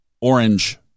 orange